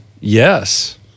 yes